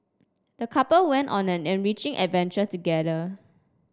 the couple went on an enriching adventure together